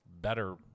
better